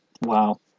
Wow